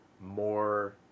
more